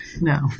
no